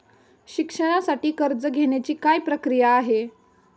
शिक्षणासाठी कर्ज घेण्याची काय प्रक्रिया आहे?